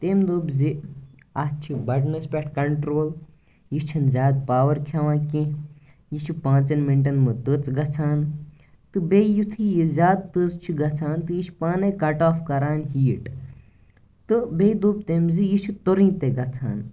تٔمۍ دوٚپ زِ اَتھ چھِ بَٹنَس پٮ۪ٹھ کَنٹروٗل یہِ چھَنہٕ زیادٕ پاوَر کھیٚوان کیٚنٛہہ یہِ چھِ پانٛژَن مِنٹَن منٛز تٔژ گژھان تہٕ بیٚیہِ یُتھٕے یہِ زیادٕ تٔژ چھِ گَژھان تہٕ یہِ چھِ پانَے کَٹ آف کَران ہیٖٹ تہٕ بیٚیہِ دوٚپ تٔمۍ زِ یہِ چھِ تُرٕنۍ تہِ گَژھان